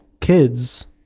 kids